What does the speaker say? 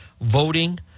voting